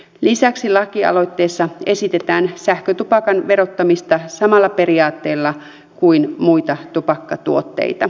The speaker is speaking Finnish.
lisäksi lakialoitteessa esitetään sähkötupakan verottamista samalla periaatteella kuin muita tupakkatuotteita